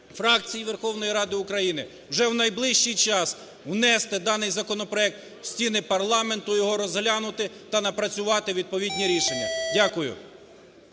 фракцій Верховної Ради України, вже в найближчий час внести даний законопроект у стіни парламенту і його розглянути та напрацювати відповідні рішення. Дякую.